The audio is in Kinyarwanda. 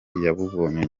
yabubonye